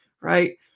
right